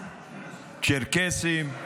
צ'רקסים,